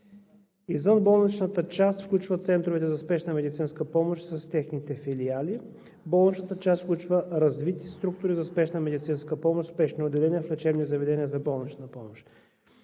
Извънболничната част включва центровете за спешна медицинска помощ с техните филиали. Болничната част включва развити структури за спешна медицинска помощ – спешни отделения, в лечебни заведения за болнична помощ.